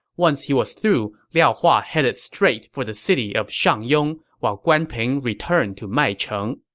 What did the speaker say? once he was through, liao hua headed straight for the city of shangyong, while guan ping returned to maicheng